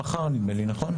מחר, נכון?